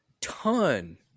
ton